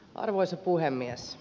arvoisa puhemies